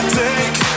take